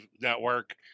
network